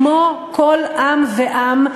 כמו כל עם ועם,